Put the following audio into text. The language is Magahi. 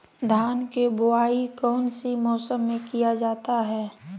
धान के बोआई कौन सी मौसम में किया जाता है?